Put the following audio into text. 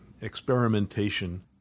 experimentation